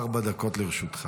ארבע דקות לרשותך.